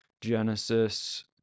Genesis